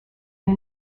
and